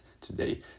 today